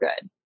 good